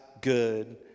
good